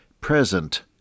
present